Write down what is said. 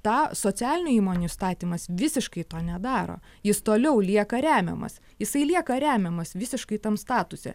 tą socialinių įmonių įstatymas visiškai to nedaro jis toliau lieka remiamas jisai lieka remiamas visiškai tam statuse